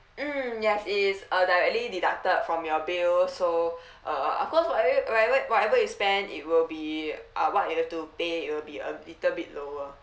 mm yes it's uh directly deducted from your bill so uh of course whatever whatever whatever you spend it will be uh what you have to pay it will be a little bit lower